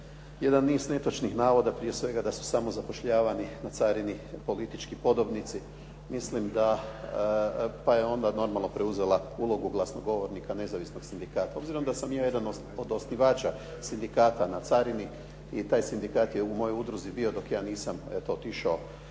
jedan niz netočnih navoda prije svega da su samo zapošljavani na carini politički podobnici. Mislim da, pa je onda normalno preuzela ulogu glasnogovornika nezavisnog sindikata. Obzirom da sam ja jedan od osnivača sindikata na carini i taj sindikat je u mojoj udruzi bio dok ja nisam eto